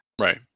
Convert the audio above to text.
right